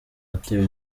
watewe